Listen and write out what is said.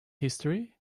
history